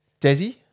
Desi